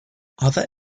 other